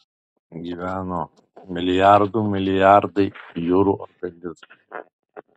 gyveno milijardų milijardai jūrų organizmų